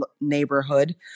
neighborhood